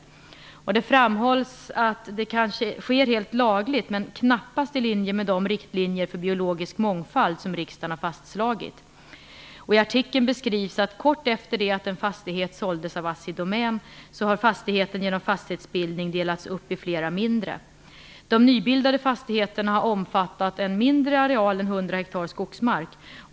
Det framhålls att det kanske sker helt lagligt, men det är knappast i linje med de riktlinjer för biologisk mångfald som riksdagen har fastslagit. I artikeln beskrivs att kort efter det att en fastighet såldes av Assidomän AB har fastigheten genom fastighetsbildning delats upp i flera mindre. De nybildade fastigheterna har omfattat en mindre areal än 100 hektar skogsmark.